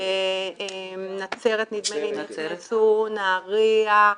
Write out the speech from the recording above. נצרת, נדמה לי שנכנסו, נהריה,